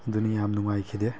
ꯑꯗꯨꯅ ꯌꯥꯝꯅ ꯅꯨꯡꯉꯥꯏꯈꯤꯗꯦ